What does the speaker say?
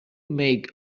make